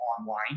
online